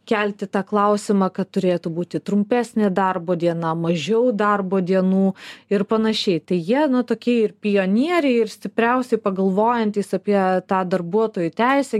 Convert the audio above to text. kelti tą klausimą kad turėtų būti trumpesnė darbo diena mažiau darbo dienų ir panašiai tai jie tokie ir pionieriai ir stipriausi pagalvojantys apie tą darbuotojų teisę